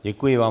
Děkuji vám.